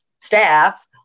staff